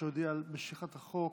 שהודיע על משיכת החוק.